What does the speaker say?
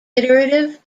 iterative